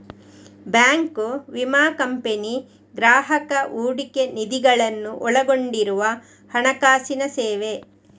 bank, ವಿಮಾ company, ಗ್ರಾಹಕ ಹೂಡಿಕೆ ನಿಧಿಗಳನ್ನು ಒಳಗೊಂಡಿರುವ ಹಣಕಾಸಿನ ಸೇವೆ